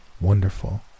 wonderful